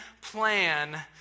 plan